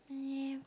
uh